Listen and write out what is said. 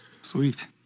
Sweet